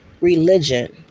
religion